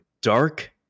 Dark